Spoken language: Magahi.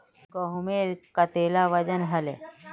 गहोमेर कतेला वजन हले